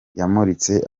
yamuritse